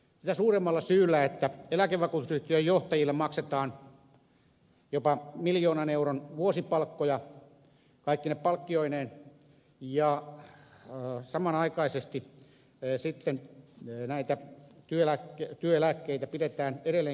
sitä suuremmalla syyllä kun eläkevakuutusyhtiöiden johtajille maksetaan jopa miljoonan euron vuosipalkkoja kaikkine palkkioineen ja samanaikaisesti työeläkkeitä pidetään edelleenkin näin alhaisella tasolla